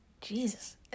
Jesus